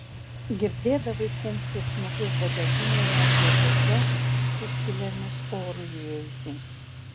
girdėdavai kumščių smūgius bagažinėje ar dėžėse su skylėmis orui įeiti